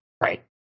Right